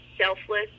selfless